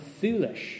foolish